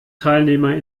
teilnehmer